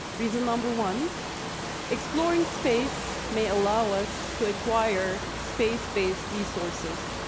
reason number one exploring space may allow us to acquire space-based resources,